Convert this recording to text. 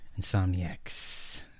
Insomniacs